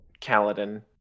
Kaladin